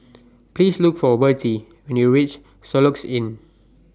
Please Look For Vertie when YOU REACH Soluxe Inn